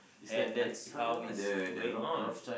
and that's how it's going on